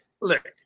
look